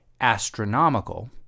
astronomical